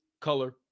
color